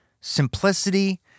simplicity